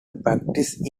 practice